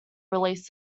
released